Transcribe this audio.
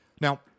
Now